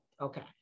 Okay